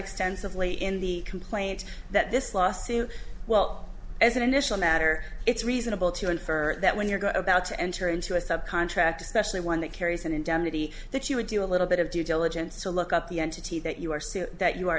extensively in the complaint that this lawsuit well as an initial matter it's reasonable to infer that when you're go about to enter into a subcontractor especially one that carries an indemnity that you would do a little bit of due diligence to look up the entity that you are seeing that you are